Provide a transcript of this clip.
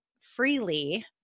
freely